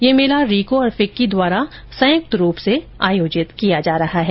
यह मेला रीको और फिक्की द्वारा संयुक्त रूप से आयोजित किया जाता है